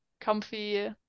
comfy